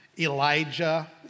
Elijah